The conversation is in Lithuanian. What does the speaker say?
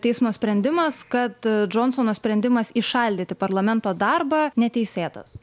teismo sprendimas kad džonsono sprendimas įšaldyti parlamento darbą neteisėtas